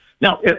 Now